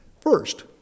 First